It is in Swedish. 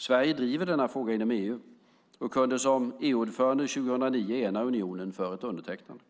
Sverige driver denna fråga inom EU och kunde som EU-ordförande 2009 ena unionen för ett undertecknande.